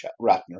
Ratner